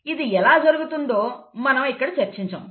ఇది ఎలా జరుగుతుందో మనం ఇక్కడ చర్చించము